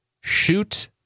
shoot